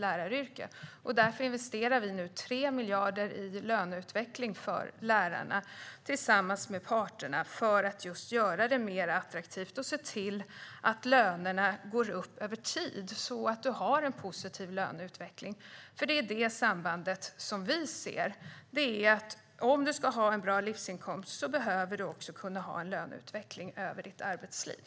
Tillsammans med parterna investerar vi 3 miljarder i löneutveckling för lärarna för att göra yrket mer attraktivt och se till att lönerna går upp över tid så att löneutvecklingen blir positiv. Det samband vi ser är att om livsinkomsten ska bli bra behövs en löneutveckling under arbetslivet.